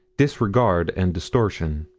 disregard and distortion.